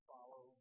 Follow